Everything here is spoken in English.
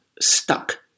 stuck